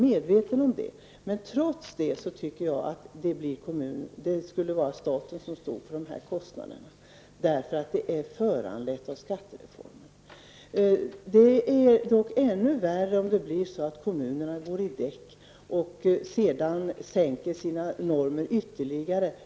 Men trots det tycker jag att det borde vara staten som står för kostnaderna, eftersom detta är föranlett av skattereformen. Det vore dock ännu värre om det blir så att kommunerna går i däck och sänker sina normer ytterligare.